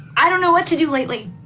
i don't know what to do lately.